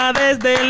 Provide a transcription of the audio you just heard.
desde